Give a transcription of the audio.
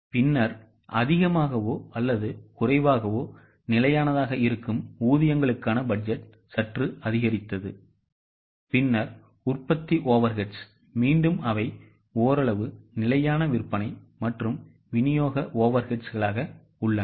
பின்னர் அதிகமாகவோ அல்லது குறைவாகவோ நிலையானதாக இருக்கும் ஊதியங்களுக்கான பட்ஜெட் சற்று அதிகரித்தது பின்னர் உற்பத்தி overheads மீண்டும் அவை ஓரளவு நிலையான விற்பனை மற்றும் விநியோக overheads களாக உள்ளன